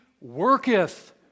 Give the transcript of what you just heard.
worketh